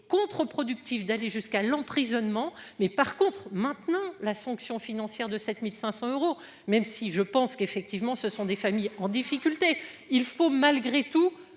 contre-productif d'aller jusqu'à l'emprisonnement. Mais par contre maintenant la sanction financière de 7500 euros, même si je pense qu'effectivement ce sont des familles en difficulté. Il faut malgré tout